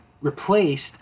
replaced